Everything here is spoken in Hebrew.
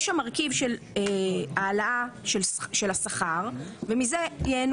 יש שם מרכיב של העלאה של השכר ומזה ייהנו